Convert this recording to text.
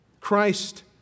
Christ